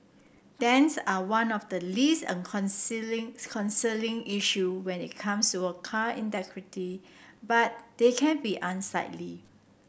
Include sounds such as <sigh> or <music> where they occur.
dents are one of the least and <unintelligible> concerning issue when it comes to a car integrity but they can be unsightly